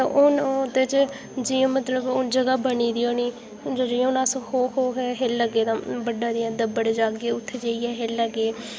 ते हून ओह्दे च जि'यां मतलब हून जगहा बनी दी होनी जि'यां अस खो खो खेलगे बड्डा जेहा दब्बड़ जागे उत्थै जाइयै खेल लैगे